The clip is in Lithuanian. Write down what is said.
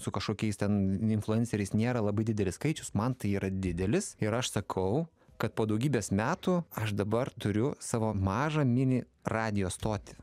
su kažkokiais ten influenceriais nėra labai didelis skaičius man tai yra didelis ir aš sakau kad po daugybės metų aš dabar turiu savo mažą mini radijo stotį